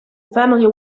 family